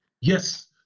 Yes